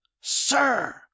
sir